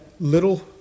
little